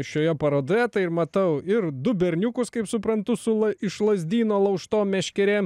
šioje parodoje tai ir matau ir du berniukus kaip suprantu sula iš lazdyno laužtom meškerėm